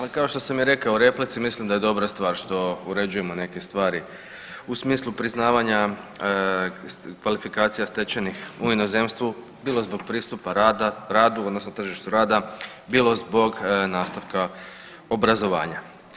Evo kao što sam rekao i u replici mislim da je dobra stvar što uređujemo neke stvari u smislu priznavanja kvalifikacija stečenih u inozemstvu bilo zbog pristupa rada, radu odnosno tržištu rada, bilo zbog nastavka obrazovanja.